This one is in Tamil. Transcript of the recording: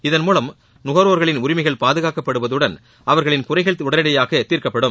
இதன் மூலம் நுகர்வோர்களின் உரிமைகள் பாதுகாக்கப்படுவதுடன் அவர்களின் குறைகள் உடனடியாக தீர்க்கப்படும்